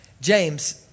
James